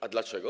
A dlaczego?